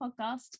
podcast